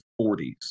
40s